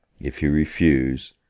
if he refuse,